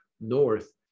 north